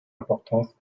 importance